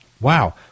Wow